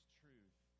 truth